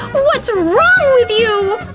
what's wrong with you!